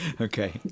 Okay